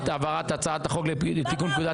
מי בעד העברת הצעת החוק לתיקון פקודת